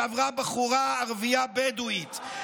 כשעברה בחורה ערבייה בדואית,